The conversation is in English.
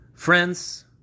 Friends